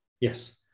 yes